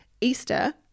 Easter